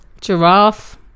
Giraffe